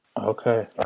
okay